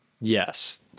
Yes